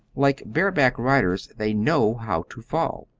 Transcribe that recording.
like bareback riders, they know how to fall,